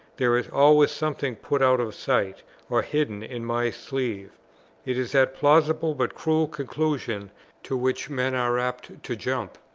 there is always something put out of sight or hidden in my sleeve it is that plausible, but cruel conclusion to which men are apt to jump,